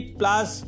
plus